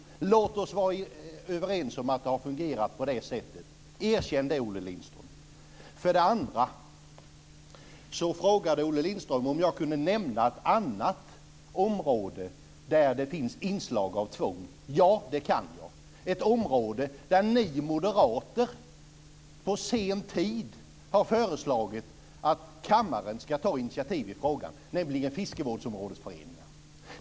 Låt oss vara överens om att det har fungerat på det sättet. Erkänn det, Olle Sedan frågade Olle Lindström om jag kan nämna något annat område där det finns inslag av tvång. Ja, det kan jag. Det är ett område där ni moderater på sen tid har föreslagit att kammaren ska ta initiativ, nämligen i frågan om fiskevårdsområdesföreningar.